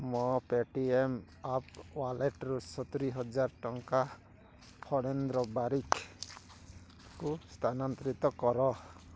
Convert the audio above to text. ମୋ Paytm app ୱାଲେଟ୍ରୁ ସତୁରି ହଜାର ଟଙ୍କା ଫଣେନ୍ଦ୍ର ବାରିକ୍ଙ୍କୁ ସ୍ଥାନାନ୍ତରିତ କର